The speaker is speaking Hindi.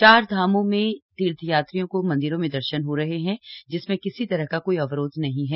चार धामों में तीर्थयात्रियों को मंदिरों में दर्शन हो रहे है जिसमें किसी तरह का कोई अवरोध नहीं है